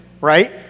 right